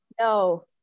No